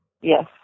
Yes